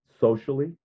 socially